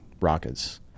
rockets